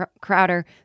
Crowder